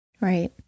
Right